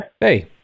Hey